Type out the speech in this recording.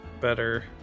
better